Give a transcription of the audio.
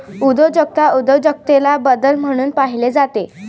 उद्योजकता उद्योजकतेला बदल म्हणून पाहिले जाते